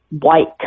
white